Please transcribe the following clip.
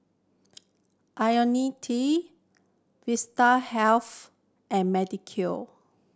Ionil T Vitahealth and